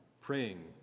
praying